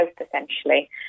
essentially